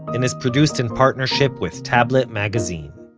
and is produced in partnership with tablet magazine.